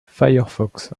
firefox